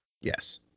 Yes